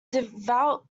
devout